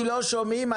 לא שומעים.